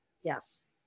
Yes